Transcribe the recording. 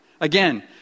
Again